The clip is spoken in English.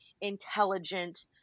intelligent